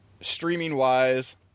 streaming-wise